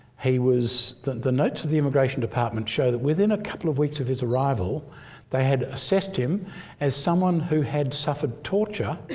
he was the the notes of the immigration department show that within a couple of weeks of his arrival they had assessed him as someone who had suffered torture